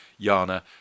Yana